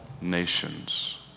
nations